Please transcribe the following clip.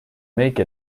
make